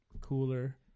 cooler